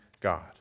God